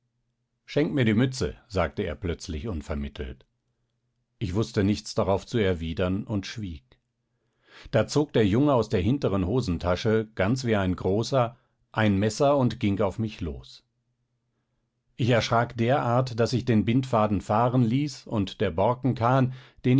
schenk mir die mütze sagte er plötzlich unvermittelt ich wußte nichts darauf zu erwidern und schwieg da zog der junge aus der hinteren hosentasche ganz wie ein großer ein messer und ging auf mich los ich erschrak derart daß ich den bindfaden fahren ließ und der